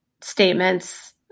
statements